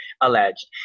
alleged